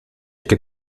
que